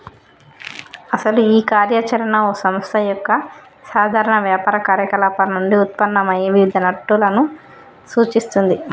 అసలు ఈ కార్య చరణ ఓ సంస్థ యొక్క సాధారణ వ్యాపార కార్యకలాపాలు నుండి ఉత్పన్నమయ్యే వివిధ నట్టులను సూచిస్తుంది